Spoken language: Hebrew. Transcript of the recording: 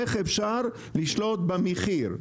איך אפשר לשלוט במחיר?